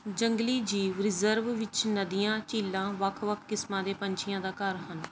ਜੰਗਲੀ ਜੀਵ ਰਿਜ਼ਰਵ ਵਿੱਚ ਨਦੀਆਂ ਅਤੇ ਝੀਲਾਂ ਵੱਖ ਵੱਖ ਕਿਸਮਾਂ ਦੇ ਪੰਛੀਆਂ ਦਾ ਘਰ ਹਨ